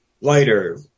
lighter